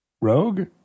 rogue